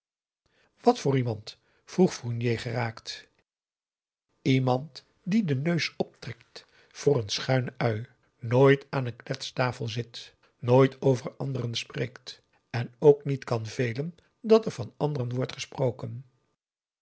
wat voor iemand vroeg fournier geraakt iemand die den neus optrekt voor n schuine ui nooit aan een kletstafel zit nooit over anderen spreekt en ook niet kan velen dat er van anderen wordt gesproken